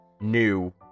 new